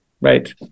right